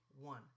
one